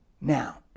Now